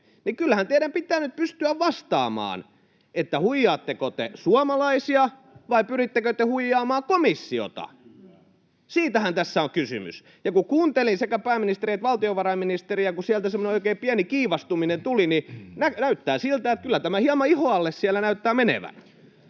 kyllähän teidän pitää nyt pystyä vastaamaan, huijaatteko te suomalaisia vai pyrittekö te huijaamaan komissiota. Siitähän tässä on kysymys. Ja kun kuuntelin sekä pääministeriä että valtiovarainministeriä, kun sieltä oikein semmoinen pieni kiivastuminen tuli, niin näyttää siltä, että kyllä tämä hieman ihon alle siellä näyttää menevän.